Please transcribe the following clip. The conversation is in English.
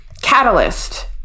catalyst